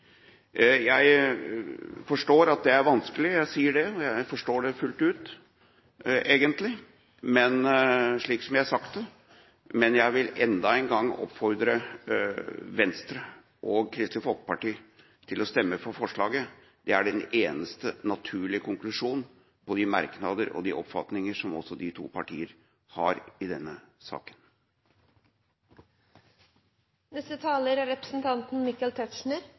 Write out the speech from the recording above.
Jeg forstår at det er vanskelig. Jeg sier det, og jeg forstår det egentlig fullt ut, slik som jeg har sagt det. Men jeg vil enda en gang oppfordre Venstre og Kristelig Folkeparti til å stemme for innstillinga. Det er den eneste naturlige konklusjon på de merknader og de oppfatninger som også de to partier har i denne